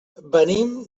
venim